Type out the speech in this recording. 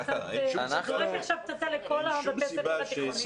אתה זורק עכשיו פצצה לכל בתי הספר התיכוניים.